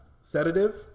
sedative